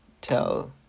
tell